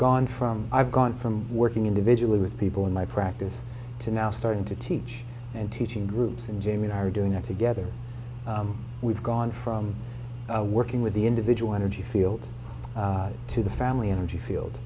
gone from i've gone from working individual with people in my practice to now starting to teach and teaching groups in general are doing that together we've gone from working with the individual energy field to the family energy field